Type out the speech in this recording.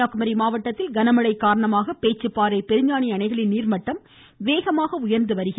கன்னியாகுமரி மாவட்டத்தில் கனமழை காரணமாக பேச்சிப்பாறை பெருஞ்சாணி அணைகளின் நீர்மட்டம் உயர்ந்து வருகிறது